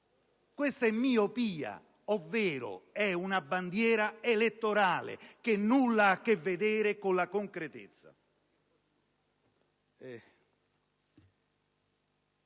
Questa è miopia, ovvero è una bandiera elettorale che nulla ha a che vedere con la concretezza.